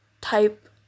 type